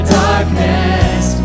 darkness